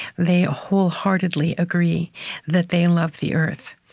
they ah wholeheartedly agree that they love the earth.